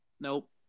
Nope